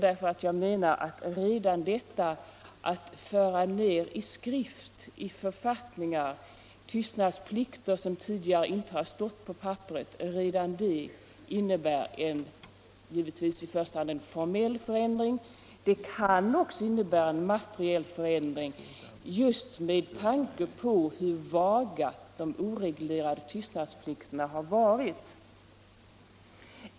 Jag menar nämligen att redan det förhållandet att man skriftligen i författningar för in tystnadsplikter, som tidigare inte har stått på papperet, innebär en förändring som givetvis i första hand är av formell art men som också kan komma att få materiell betydelse med tanke på hur svaga de oreglerade tystnadsplikterna har varit.